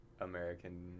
American